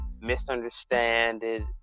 misunderstood